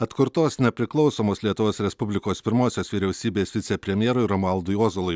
atkurtos nepriklausomos lietuvos respublikos pirmosios vyriausybės vicepremjerui romualdui ozolui